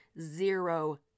zero